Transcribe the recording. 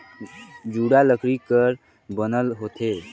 जुड़ा लकरी कर बनल होथे